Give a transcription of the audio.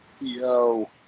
Yo